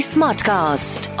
Smartcast